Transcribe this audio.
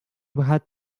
had